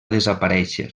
desaparèixer